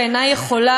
ואינה יכולה,